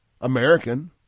American